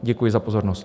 Děkuji za pozornost.